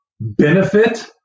benefit